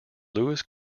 lewis